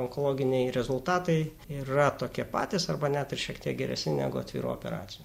onkologiniai rezultatai yra tokie patys arba net ir šiek tiek geresni negu atvirų operacijų